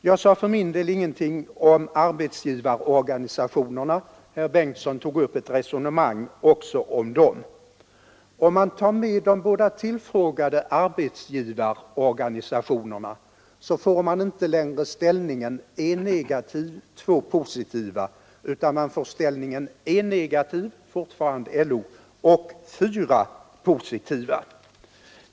Jag sade för min del ingenting om arbetsgivarorganisationerna — herr Bengtsson tog upp ett resonemang också om dem. Om man räknar in de båda tillfrågade arbetsgivarorganisationerna får man inte längre ställningen en negativ och två positiva utan man får ställningen en negativ — fortfarande LO — och fyra positiva.